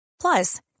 Plus